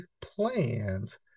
plans